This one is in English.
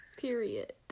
Period